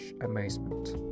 amazement